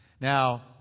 Now